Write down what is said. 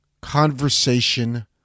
conversation